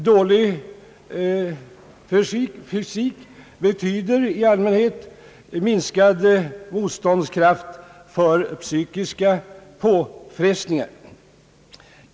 Dålig fysik betyder i allmänhet minskad motståndskraft mot psykiska påfrestningar.